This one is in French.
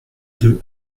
deux